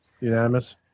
unanimous